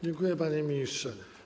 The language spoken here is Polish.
Dziękuję, panie ministrze.